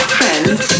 friends